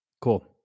Cool